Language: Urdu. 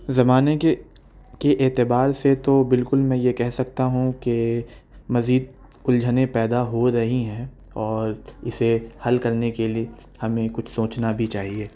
زمانے کے کے اعتبار سے تو بالکل میں یہ کہہ سکتا ہوں کہ مزید الجھنیں پیدا ہو رہی ہیں اور اسے حل کرنے کے لیے ہمیں کچھ سوچنا بھی چاہیے